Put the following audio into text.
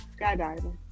Skydiving